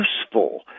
useful